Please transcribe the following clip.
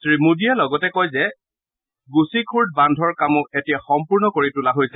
শ্ৰীমোদীয়ে লগতে কয় যে গোসীধূৰ্দ বান্ধৰ কামো এতিয়া সম্পূৰ্ণ কৰি তোলা হৈছে